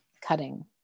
cutting